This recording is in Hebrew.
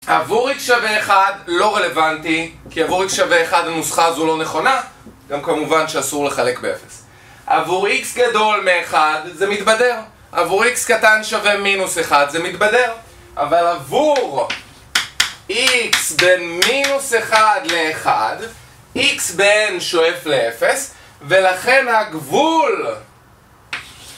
עבור x שווה 1 לא רלוונטי, כי עבור x שווה 1 המוסחה הזו לא נכונה, גם כמובן שאסור לחלק ב-0. עבור x גדול מ-1 זה מתבדר, עבור x קטן שווה מינוס 1 זה מתבדר, אבל עבור x בין מינוס 1 ל-1, x בין שואף ל-0, ולכן הגבול...